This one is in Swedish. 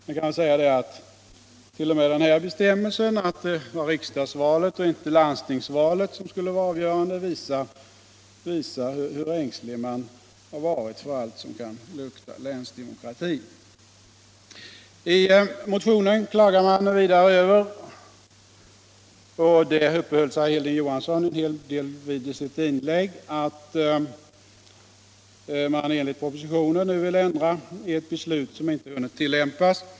Man kan säga att t.o.m. den här bestämmelsen —- att det var riksdagsvalet och inte landstingsvalet som skulle vara avgörande — visar hur ängslig man varit för allt som kan lukta länsdemokrati. I motionen klagar man vidare över — det uppehöll sig Hilding Johansson en hel del vid i sitt inlägg — att regeringen genom propositionen nu vill ändra ett beslut som inte hunnit tillämpas.